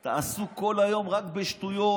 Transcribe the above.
אתה עסוק כל היום רק בשטויות,